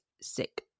sick